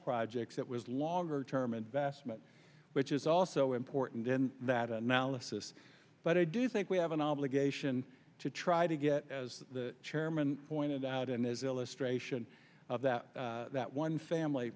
projects it was longer term investment which is also important in that analysis but i do think we have an obligation to try to get as the chairman pointed out and as illustration of that that one family